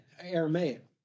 Aramaic